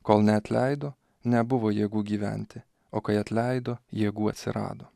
kol neatleido nebuvo jėgų gyventi o kai atleido jėgų atsirado